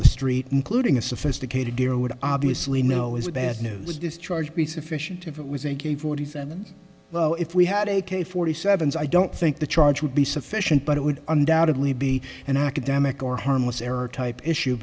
the street including a sophisticated deer would obviously know is a bad news discharge be sufficient if it was a gay forty seven well if we had a k forty seven i don't think the charge would be sufficient but it would undoubtedly be an academic or harmless error type issue